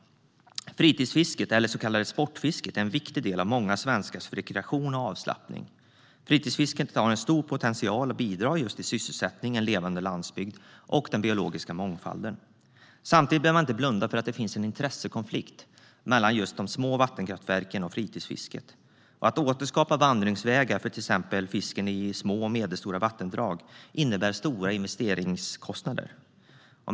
Fritidsfisket, eller det så kallade sportfisket, är en viktig del av många svenskars rekreation och avslappning. Fritidsfisket har stor potential för att bidra till sysselsättning, en levande landsbygd och biologisk mångfald. Samtidigt bör man inte blunda för intressekonflikten mellan de små vattenkraftverken och fritidsfisket. Att återskapa vandringsvägar för till exempel fisken i små och medelstora vattendrag innebär stora investeringskostnader.